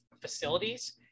facilities